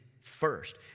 first